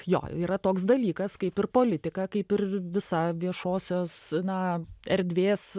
jo yra toks dalykas kaip ir politika kaip ir visa viešosios na erdvės